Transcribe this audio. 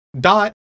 Dot